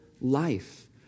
life